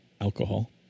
alcohol